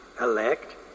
Elect